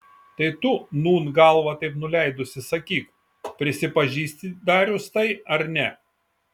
tai tu nūn galvą taip nuleidusi sakyk prisipažįsti darius tai ar ne